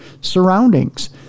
surroundings